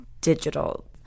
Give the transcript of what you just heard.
digital